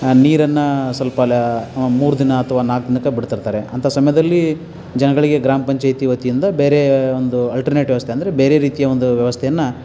ಆ ನೀರನ್ನು ಸ್ವಲ್ಪ ಲ ಮೂರು ದಿನ ಅಥವಾ ನಾಲ್ಕು ದಿನಕ್ಕೆ ಬಿಡ್ತಿರ್ತಾರೆ ಅಂಥ ಸಮಯದಲ್ಲಿ ಜನಗಳಿಗೆ ಗ್ರಾಮ ಪಂಚಾಯಿತಿ ವತಿಯಿಂದ ಬೇರೆ ಒಂದು ಅಲ್ಟರ್ನೇಟ್ ವ್ಯವಸ್ಥೆ ಅಂದರೆ ಬೇರೆ ರೀತಿಯ ಒಂದು ವ್ಯವಸ್ಥೆಯನ್ನು